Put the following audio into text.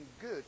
good